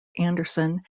anderson